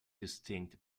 distinct